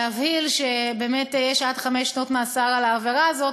להבהיל שיש עד חמש שנות מאסר על העבירה הזאת,